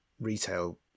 retail